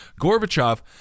Gorbachev